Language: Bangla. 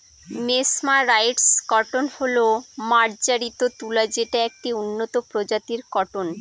মেসমারাইসড কটন হল মার্জারিত তুলা যেটা একটি উন্নত প্রজাতির কটন